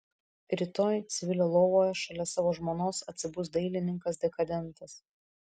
rytoj civilio lovoje šalia savo žmonos atsibus dailininkas dekadentas